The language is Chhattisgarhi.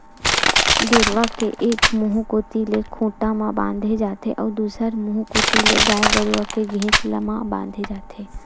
गेरवा के एक मुहूँ कोती ले खूंटा म बांधे जाथे अउ दूसर मुहूँ कोती ले गाय गरु के घेंच म बांधे जाथे